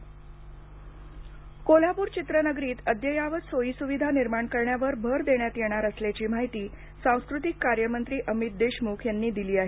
कोल्हापूर चित्रनगरी कोल्हापूर चित्रनगरीत अद्ययावत सोयीसुविधा निर्माण करण्यावर भर देण्यात येणार असल्याची माहिती सांस्कृतिक कार्यमंत्री अमित देशमुख यांनी दिली आहे